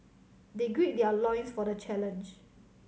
they gird their loins for the challenge